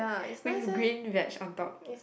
with green veg on top